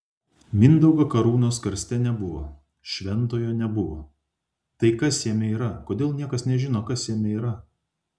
mindaugo karūnos karste nebuvo šventojo nebuvo tai kas jame yra kodėl niekas nežino kas jame yra